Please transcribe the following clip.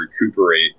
recuperate